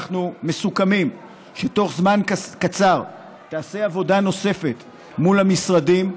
אנחנו מסוכמים שתוך זמן קצר תיעשה עבודה נוספת מול המשרדים,